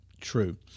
true